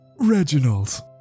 Reginald